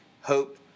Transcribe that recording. hope